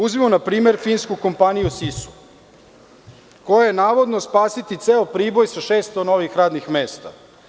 Uzmimo npr. finsku kompaniju „Sisu“ koja će navodno spasiti ceo Priboj sa 600 novih radnih mesta.